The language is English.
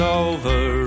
over